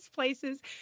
places